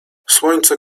słońce